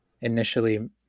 initially